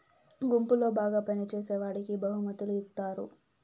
గుంపులో బాగా పని చేసేవాడికి బహుమతులు ఇత్తారు